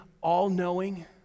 all-knowing